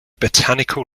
botanical